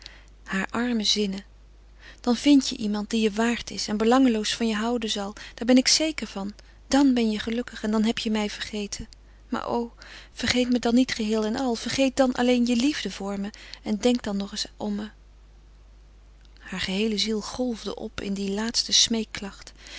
hare arme zinnen dan vindt je iemand die je waard is en belangeloos van je houden zal daar ben ik zeker van dan ben je gelukkig en dan heb je mij vergeten maar o vergeet me dan niet geheel en al vergeet dan alleen je liefde voor me en denk dan nog eens om me hare geheele ziel golfde op in die